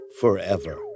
forever